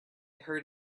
heard